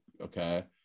okay